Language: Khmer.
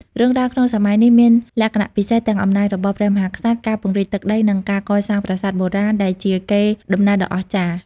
រឿងរ៉ាវក្នុងសម័យនេះមានលក្ខណៈពិសេស ទាំងអំណាចរបស់ព្រះមហាក្សត្រ ការពង្រីកទឹកដី និងការកសាងប្រាសាទបុរាណ ដែលជាកេរដំណែលដ៏អស្ចារ្យ។